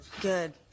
Good